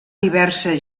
diverses